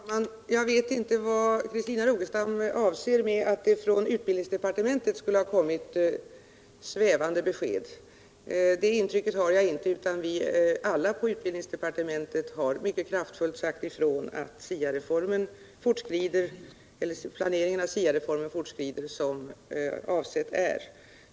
Herr talman! Jag vet inte vad Christina Rogestam avser med att det från utbildningsdepartementet skulle ha kommit svävande besked. Det intrycket har jag inte, utan vi har alla på utbildningsdepartementet mycket kraftfullt sagt ifrån att planeringen av SIA-reformen fortskrider som avsett är.